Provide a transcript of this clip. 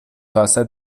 کاسه